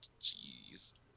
Jeez